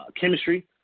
chemistry